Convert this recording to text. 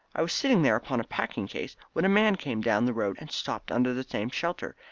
i was sitting there upon a packing-case when a man came down the road and stopped under the same shelter.